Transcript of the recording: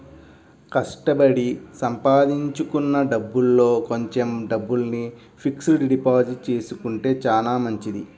కష్టపడి సంపాదించుకున్న డబ్బుల్లో కొంచెం డబ్బుల్ని ఫిక్స్డ్ డిపాజిట్ చేసుకుంటే చానా మంచిది